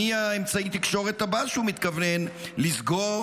מה אמצעי התקשורת הבא שהוא מתכוון לסגור,